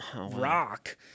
rock